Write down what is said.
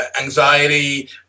anxiety